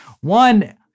One